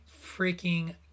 freaking